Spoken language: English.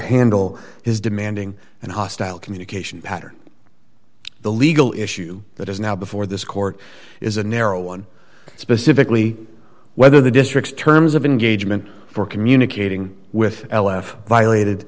handle his demanding and hostile communication pattern the legal issue that is now before this court is a narrow one specifically whether the district terms of engagement for communicating with l f violated